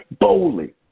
boldly